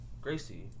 Gracie